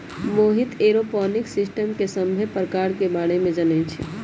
Mohit aeroponics system के सभ्भे परकार के बारे मे जानई छई